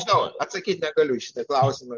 žinau atsakyt negaliu į šitą klausimą